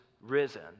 risen